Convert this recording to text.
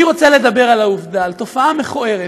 אני רוצה לדבר על העובדה, על תופעה מכוערת,